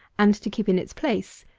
and to keep in its place,